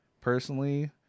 personally